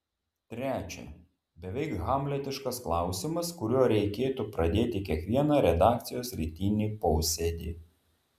trečia beveik hamletiškas klausimas kuriuo reikėtų pradėti kiekvieną redakcijos rytinį posėdį